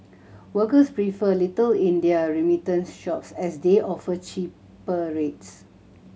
workers prefer Little India remittance shops as they offer cheaper rates